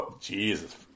Jesus